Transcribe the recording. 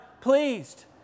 pleased